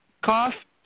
cough